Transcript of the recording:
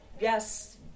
Yes